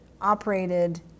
operated